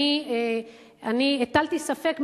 ואני הטלתי ספק,